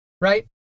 right